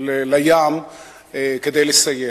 לים כדי לסייע.